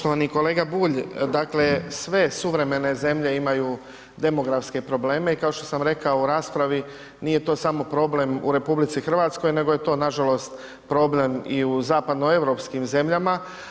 Poštovani kolega Bulj dakle sve suvremene zemlje imaju demografske probleme i kao što sam rekao u raspravi, nije to samo problem u RH nego je to nažalost problem i u zapadnoeuropskih zemljama.